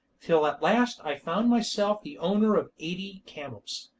till at last i found myself the owner of eighty camels.